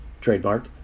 trademark